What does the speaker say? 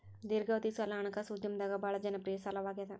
ದೇರ್ಘಾವಧಿ ಸಾಲ ಹಣಕಾಸು ಉದ್ಯಮದಾಗ ಭಾಳ್ ಜನಪ್ರಿಯ ಸಾಲವಾಗ್ಯಾದ